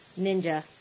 Ninja